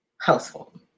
household